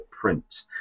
print